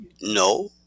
no